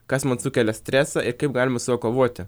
kas man sukelia stresą ir kaip galima su juo kovoti